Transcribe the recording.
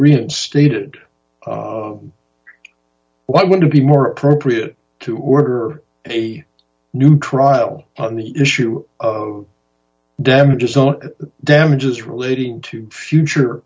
reinstated why would it be more appropriate to order a new trial on the issue of damages on damages relating to future